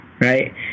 right